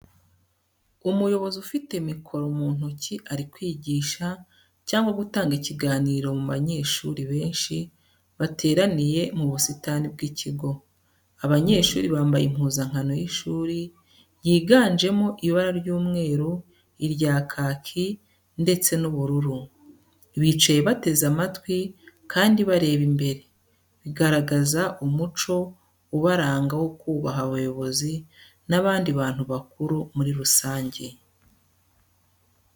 Umuyobozi ufite mikoro mu ntoki ari kwigisha, cyangwa gutanga ikiganiro mu banyeshuri benshi bateraniye mu busitani bw'ikigo, Abanyeshuri bambaye impuzankano y’ishuri, yiganjemo ibara ry'umweru, irya kaki ndetse n'ubururu. Bicaye bateze amatwi kandi bareba imbere, bikagaragaza umuco ubaranga wo kubaha abayobozi n’abandi bantu bakuru muri rusange.